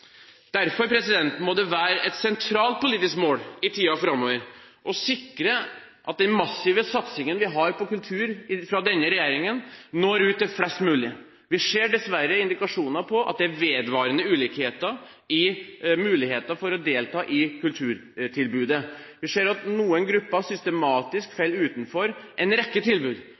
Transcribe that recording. Derfor må det være et sentralt politisk mål i tiden framover å sikre at den massive satsingen vi har på kultur fra denne regjeringen, når ut til flest mulig. Vi ser dessverre indikasjoner på at det er vedvarende ulikheter i muligheter for å delta i kulturtilbudet. Vi ser at noen grupper systematisk faller utenfor en rekke tilbud,